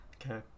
Okay